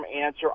answer